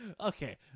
Okay